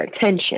attention